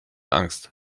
angst